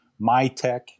MyTech